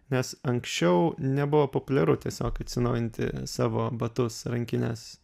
nes anksčiau nebuvo populiaru tiesiog atsinaujinti savo batus rankines